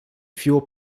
fuel